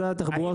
את אומרת,